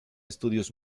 estudios